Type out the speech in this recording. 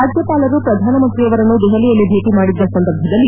ರಾಜ್ಯಪಾಲರು ಪ್ರಧಾನ ಮಂತ್ರಿಯವರನ್ನು ದೆಹಲಿಯಲ್ಲಿ ಭೇಟ ಮಾಡಿದ್ದ ಸಂದರ್ಭದಲ್ಲಿ